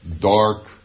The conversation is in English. dark